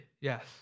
Yes